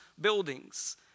buildings